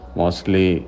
mostly